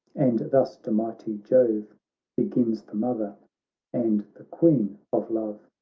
and thus to mighty jove begins the mother and the queen of love